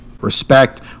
Respect